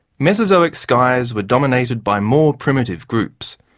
mesozoic skies were dominated by more primitive groups,